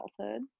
adulthood